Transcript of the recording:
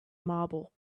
marble